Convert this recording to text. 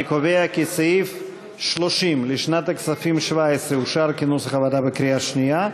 אני קובע כי סעיף 30 לשנת הכספים 17' אושר כנוסח הוועדה בקריאה שנייה.